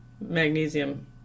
magnesium